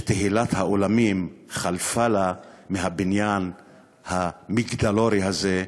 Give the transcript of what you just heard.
כשתהילת העולמים חלפה לה מהבניין המגדלורי הזה,